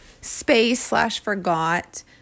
space-slash-forgot